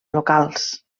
locals